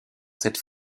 cette